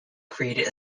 created